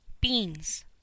beans